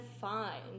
fine